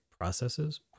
processes